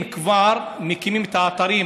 אם כבר מקימים את האתרים